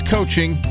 Coaching